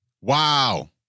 Wow